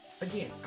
Again